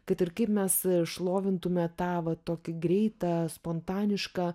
kad ir kaip mes šlovintume tą va tokį greitą spontanišką